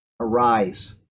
arise